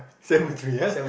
cemetery ah